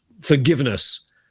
forgiveness